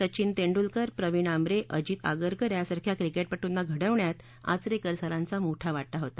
सचिन तेंडुलकर प्रविण आमरे अजित आगरकर यांसारख्या क्रिकेटपटूंना घडवण्यात आचरेकर सरांचा मोठा वाटा होता